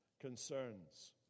concerns